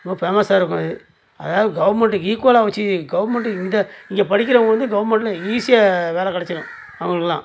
ரொம்ப ஃபேமஸ்ஸாக இருக்கும் இது அதாவது கவர்மெண்ட்டுக்கு ஈக்குவலாக வச்சு கவர்மெண்ட்டுக்கு இந்த இங்கே படிக்கிறவங்க வந்து கவர்மெண்டில் ஈஸியாக வேலை கிடச்சிரும் அவங்களுக்கெல்லாம்